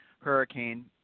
hurricane